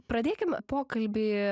pradėkim pokalbį